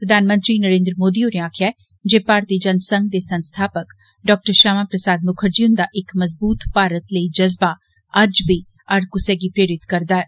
प्रधानमंत्री नरेन्द्र मोदी होरें आक्खेआ ऐ जे भारतीय जनसंघ दे संस्थापक डॉ श्यामा प्रसाद मुखर्जी हुन्दा इक मजबूत भारत लेई जज़बा अज्ज बी हर कुसै गी प्रेरित करदा ऐ